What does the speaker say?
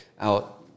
out